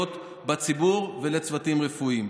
הנפשיות בציבור ולצוותים רפואיים.